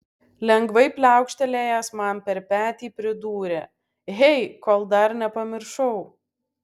lengvai pliaukštelėjęs man per petį pridūrė hey kol dar nepamiršau